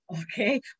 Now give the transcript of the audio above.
Okay